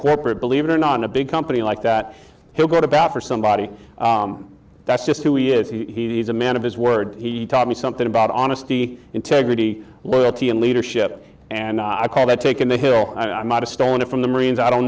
corporate believe it or not in a big company like that he'll go to bat for somebody that's just who he is he's a man of his word he taught me something about honesty integrity loyalty and leadership and i had taken the hill i might have stolen it from the marines i don't